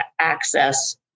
access